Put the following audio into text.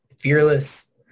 fearless